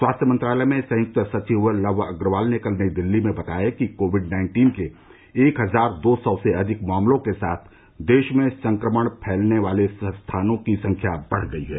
स्वास्थ्य मंत्रालय में संयुक्त सचिव लव अग्रवाल ने कल नई दिल्ली में बताया कि कोविड नाइन्टीन के एक हजार दो सौ से अधिक मामलों के साथ देश में संक्रमण फैलने वाले स्थानों की संख्या बढ़ गई है